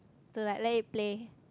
to like let it play